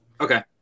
okay